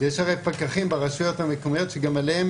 יש הרי פקחים ברשויות המקומיות שגם עליהם